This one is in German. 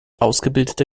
ausgebildete